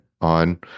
on